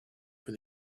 for